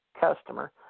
customer